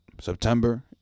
September